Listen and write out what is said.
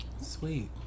Sweet